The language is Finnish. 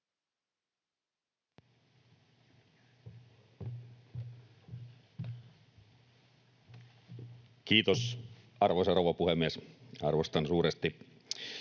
Kiitos, arvoisa rouva puhemies! Arvostan suuresti.